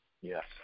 Yes